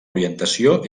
orientació